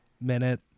minute